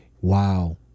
Wow